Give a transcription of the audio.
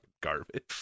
garbage